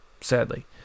sadly